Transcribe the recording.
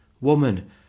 Woman